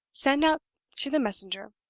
send out to the messenger,